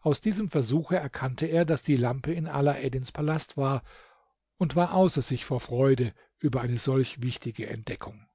aus diesem versuche erkannte er daß die lampe in alaeddins palast war und war außer sich vor freude über eine solch wichtige entdeckung